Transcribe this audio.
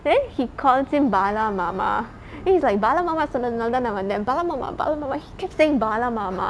then he calls him bala mama then he's like bala mama சொன்னதுனாலேதா நா வந்தே:sonnathunaalethaa naa vanthae bala mama bala mama he kept saying bala mama